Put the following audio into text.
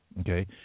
Okay